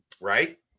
right